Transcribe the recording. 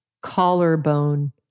collarbone